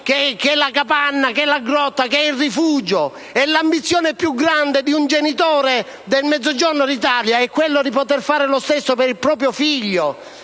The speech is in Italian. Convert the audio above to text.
alla capanna, alla grotta, al rifugio. L'ambizione più grande di un genitore del Mezzogiorno d'Italia è quella di poter fare lo stesso per il proprio figlio.